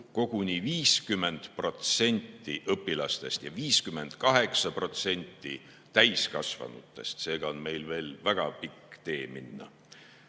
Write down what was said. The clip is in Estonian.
koguni 50% õpilastest ja 58% täiskasvanutest. Seega on meil veel väga pikk tee minna.